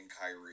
Kyrie